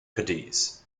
cadiz